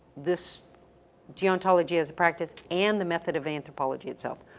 this gerontology as a practice and the method of anthropology itself.